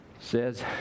Says